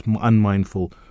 unmindful